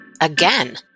again